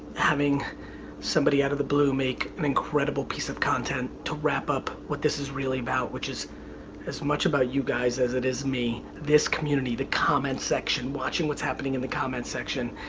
having somebody out of the blue make an incredible piece of content to wrap up what this is really about. which is as much about you guys as it is me. this community, the comments section, watching what's happening in the comments section,